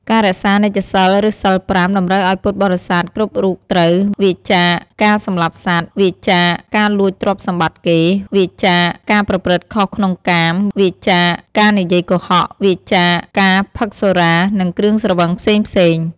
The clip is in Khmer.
ការរក្សានិច្ចសីល ឬសីល ៥ តម្រូវឲ្យពុទ្ធបរិស័ទគ្រប់រូបត្រូវ វៀរចាកការសម្លាប់សត្វ វៀរចាកការលួចទ្រព្យសម្បត្តិគេ វៀរចាកការប្រព្រឹត្តខុសក្នុងកាម វៀរចាកការនិយាយកុហក វៀរចាកការផឹកសុរា និងគ្រឿងស្រវឹងផ្សេងៗ។